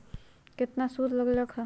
केतना सूद लग लक ह?